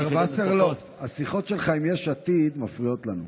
השר וסרלאוף, השיחות שלך עם יש עתיד מפריעות לנו.